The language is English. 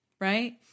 right